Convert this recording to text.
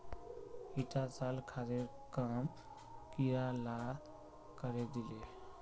ईटा साल खादेर काम कीड़ा ला करे दिले